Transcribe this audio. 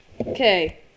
Okay